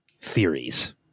theories